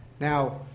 Now